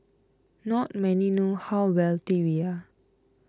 not many know how wealthy we are